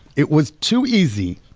it was too easy.